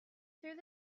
through